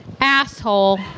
asshole